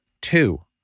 Two